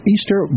Easter